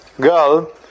girl